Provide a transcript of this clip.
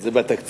זה על התקציב?